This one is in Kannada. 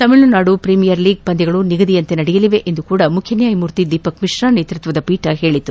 ತಮಿಳುನಾಡು ಪ್ರೀಮಿಯರ್ ಲೀಗ್ ಪಂದ್ಯಗಳು ನಿಗದಿಯಂತೆ ನಡೆಯಲಿವೆ ಎಂದೂ ಮುಖ್ಯ ನ್ಶಾಯಮೂರ್ತಿ ದೀಪಕ್ ಮಿಶ್ರಾ ನೇತೃತ್ವದ ಪೀಠ ಹೇಳಿದೆ